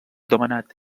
demanant